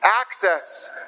access